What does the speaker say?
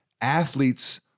athletes